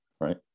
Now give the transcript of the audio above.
right